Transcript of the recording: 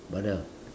brother